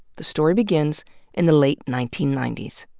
the story begins in the late nineteen ninety s.